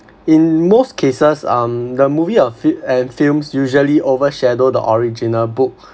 in most cases um the movie or and films usually overshadow the original book